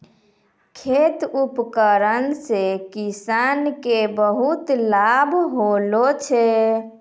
खेत उपकरण से किसान के बहुत लाभ होलो छै